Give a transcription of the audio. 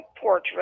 portrait